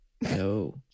No